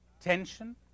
tension